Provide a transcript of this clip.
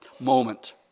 moment